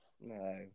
No